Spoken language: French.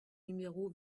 numéro